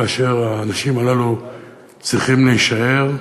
כאשר האנשים הללו צריכים להישאר לבד,